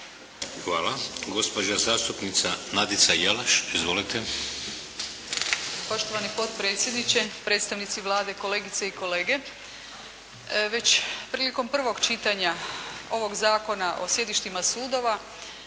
Hvala. Gospođa zastupnica, Nadica Jelaš. Izvolite. **Jelaš, Nadica (SDP)** Poštovani potpredsjedniče, prestanci Vlade, kolegice i kolege. Već prilikom prvog čitanja ovog Zakona o sjedištima sudova,